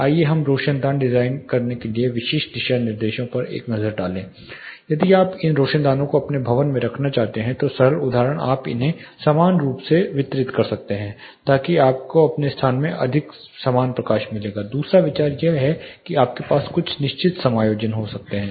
आइए हम रोशनदान डिजाइन करने के लिए विशिष्ट दिशानिर्देशों पर एक नज़र डालें यदि आप इन रोशनदानों को अपने भवन में रखना चाहते हैं तो सरल उदाहरण आप इन्हें समान रूप से वितरित कर सकते हैं ताकि आपको अपने स्थान में अधिक समान प्रकाश मिलेगा दूसरा विचार यह है कि आपके पास कुछ निश्चित समायोजन हो सकते हैं